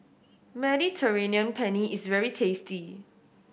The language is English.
Mediterranean Penne is very tasty